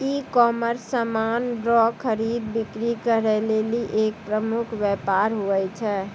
ecommerce समान रो खरीद बिक्री करै लेली एक प्रमुख वेपार हुवै छै